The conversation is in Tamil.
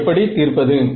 அதை எப்படி தீர்ப்பது